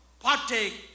partake